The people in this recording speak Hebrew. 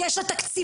יש לה תקציבים.